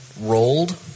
rolled